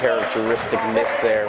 characteristic there